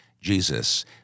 Jesus